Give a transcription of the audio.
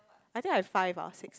I think I have five or six